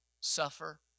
Suffer